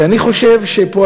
ואני חושב שפה,